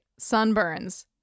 sunburns